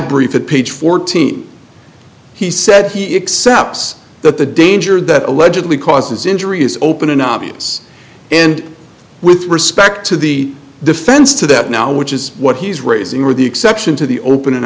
brief and page fourteen he said he except that the danger that allegedly causes injury is open an obvious and with respect to the defense to that now which is what he's raising with the exception to the open an